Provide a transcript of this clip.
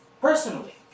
Personally